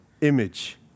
image